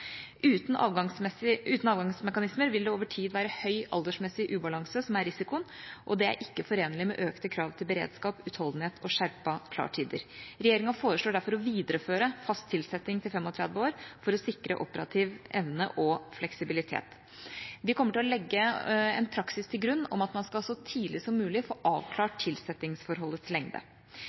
Uten avgangsmekanismer vil det over tid være høy aldersmessig ubalanse som er risikoen, og det er ikke forenlig med økte krav til beredskap, utholdenhet og skjerpete klartider. Regjeringa foreslår derfor å videreføre fast tilsetting til 35 år for å sikre operativ evne og fleksibilitet. Vi kommer til å legge en praksis til grunn om at man så tidlig som mulig skal få avklart tilsettingsforholdets lengde.